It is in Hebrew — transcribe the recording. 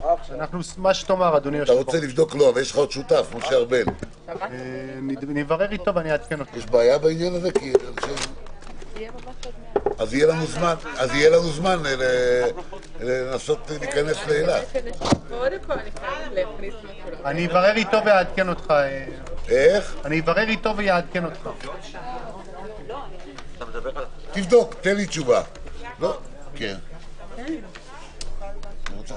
12:50.